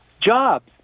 jobs